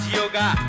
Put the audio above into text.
yoga